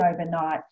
overnight